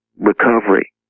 recovery